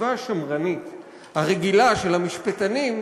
בחשיבה השמרנית הרגילה של המשפטנים,